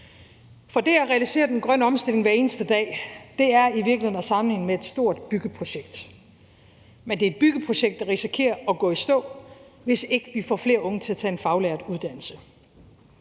For det at realisere den grønne omstilling hver eneste dag er i virkeligheden at sammenligne med et stort byggeprojekt, men det er et byggeprojekt, der risikerer at gå i stå, hvis ikke vi får flere unge til at tage en faglært uddannelse.